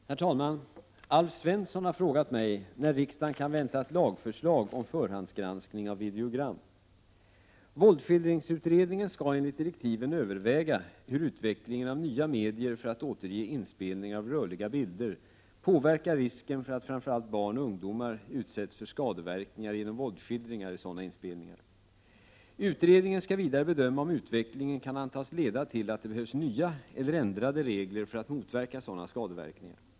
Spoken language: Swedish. PrESgn CEN OR RS äl förslag om förhands Herr talman! Alf Svensson har frågat mig när riksdagen kan vänta ett a j i ” 4 Ö granskning av videolagförslag om förhandsgranskning av videogram. gram Våldsskildringsutredningen skall enligt direktiven överväga hur utvecklingen av nya medier för att återge inspelningar av rörliga bilder påverkar risken för att framför allt barn och ungdomar utsätts för skadeverkningar genom våldsskildringar i sådana inspelningar. Utredningen skall vidare bedöma om utvecklingen kan antas leda till att det behövs nya eller ändrade regler för att motverka sådana skadeverkningar.